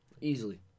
Easily